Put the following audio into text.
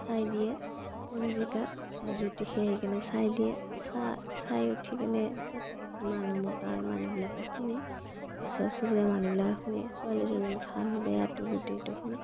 চাই দিয়ে পঞ্জিকাত জ্যোতিষীয়ে আহি কেনে চাই দিয়ে চাই চাই উঠি কেনে তাত মানুহ মতা হয় মানুহবিলাকে শুনে ওচৰ চুবুৰীয়া মানুহবিলাকে শুনে ছোৱালীজনীৰ ভাল বেয়াটো গোটেইটো শুনে